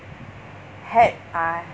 had uh